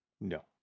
no